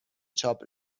چاپ